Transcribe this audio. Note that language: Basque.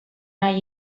nahi